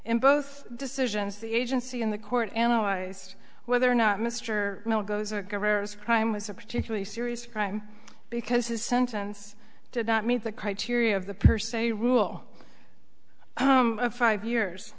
in both decisions the agency in the court analyze whether or not mr miller goes a crime was a particularly serious crime because his sentence did not meet the criteria of the per se rule of five years